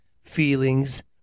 feelings